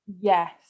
yes